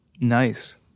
Nice